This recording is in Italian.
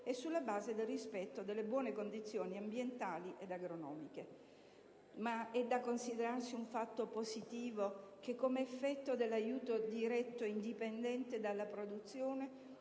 e sulla base del rispetto delle buone condizioni ambientali ed agronomiche. Ma è da considerarsi un fatto positivo che, come effetto dell'aiuto diretto e indipendente dalla produzione,